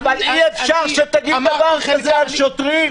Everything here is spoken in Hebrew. אי אפשר שתגיד דבר כזה על שוטרים.